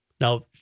Now